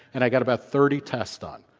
and i got about thirty tests done.